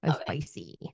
spicy